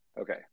okay